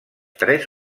tres